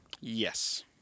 Yes